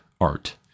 art